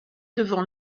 devant